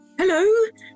Hello